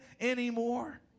anymore